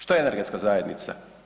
Što je energetska zajednica?